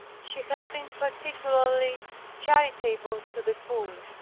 she had been particularly charitable to the poor.